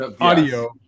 audio